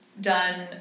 done